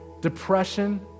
depression